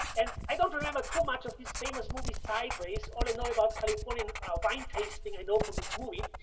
and i don't remember too much of this famous movie sideways, all i know about californian wine tasting i know from this movie,